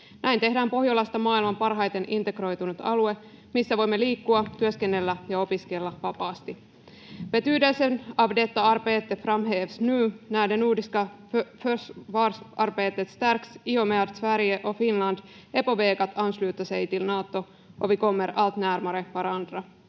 Näin tehdään Pohjolasta maailman parhaiten integroitunut alue, missä voimme liikkua, työskennellä ja opiskella vapaasti. Betydelsen av detta arbete framhävs nu när det nordiska försvarssamarbetet stärks i och med att Sverige och Finland är på väg att ansluta sig till Nato, och vi kommer allt närmare varandra.